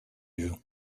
you